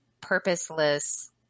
purposeless